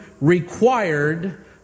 required